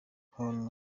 hon